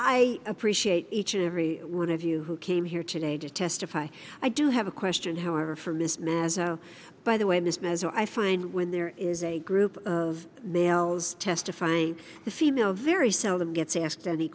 i appreciate each and every one of you who came here today to testify i do have a question however for mismatch so by the way this mezzo i find when there is a group of males testify a female very seldom gets asked any